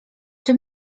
czy